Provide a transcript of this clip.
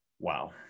Wow